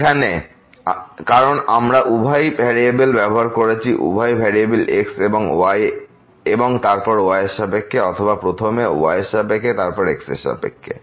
এখানে কারণ আমরা উভয় ভেরিয়েবল ব্যবহার করেছি উভই ভ্যারিয়েবল x এবং তারপর y এর সাপেক্ষে অথবা প্রথমে y এর সাপেক্ষে তারপর xএর সাপেক্ষে